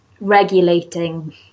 regulating